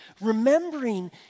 Remembering